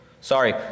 Sorry